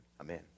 Amen